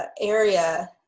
area